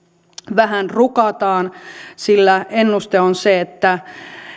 vähän rukataan sillä ennuste on se että